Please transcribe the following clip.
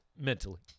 Mentally